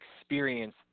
experience